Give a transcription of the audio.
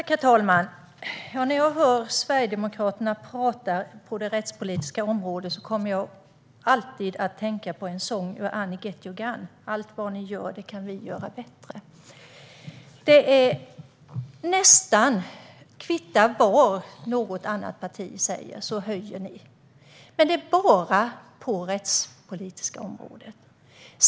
Herr talman! När jag hör Sverigedemokraterna prata på det rättspolitiska området kommer jag alltid att tänka på en sång ur Annie Get Your Gun: Allt vad ni gör kan vi göra bättre! Det kvittar nästan vad något annat parti säger - ni höjer beloppet. Men detta gäller bara på det rättspolitiska området.